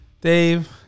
Dave